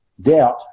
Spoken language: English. doubt